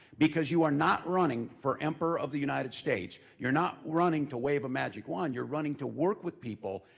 because you are not running for emperor of the united states, you're not running to wave a magic wand, you're running to work with people,